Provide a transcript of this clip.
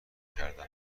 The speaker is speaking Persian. کردن